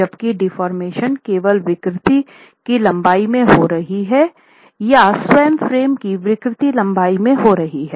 जबकि डेफोर्मेशन केवल विकृति की लंबाई में हो रही है या स्वयं फ्रेम की विकृत लंबाई में हो रही है